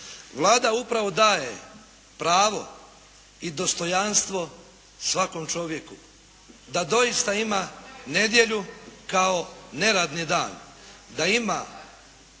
Vlada upravo daje pravo i dostojanstvo svakom čovjeku da doista ima nedjelju kao neradni dan, da ima